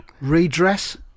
redress